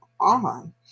on